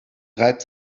reibt